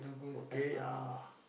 okay ah